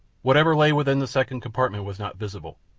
whatever lay within the second compartment was not visible,